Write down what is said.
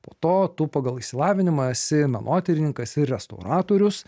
po to tu pagal išsilavinimą esi menotyrininkas ir re tauratorius